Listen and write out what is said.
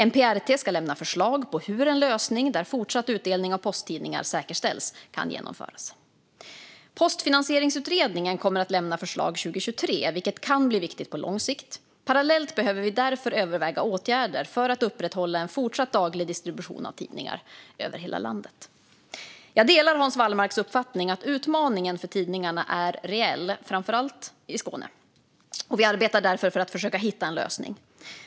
MPRT ska lämna förslag på hur en lösning där fortsatt utdelning av posttidningar säkerställs kan genomföras. Postfinansieringsutredningen kommer att lämna förslag 2023, vilket kan bli viktigt på lång sikt. Parallellt behöver vi därför överväga åtgärder för att upprätthålla en fortsatt daglig distribution av tidningar över hela landet. Jag delar Hans Wallmarks uppfattning att utmaningen för tidningarna är reell, framför allt i Skåne, och vi arbetar därför för att försöka hitta en lösning.